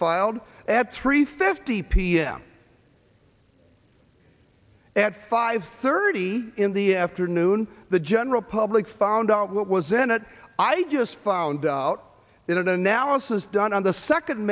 filed at three fifty p m at five thirty in the afternoon the general public found out what was in it i just found out in an analysis done on the second